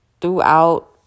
throughout